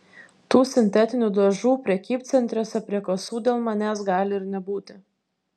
tų sintetinių dažų prekybcentriuose prie kasų dėl manęs gali ir nebūti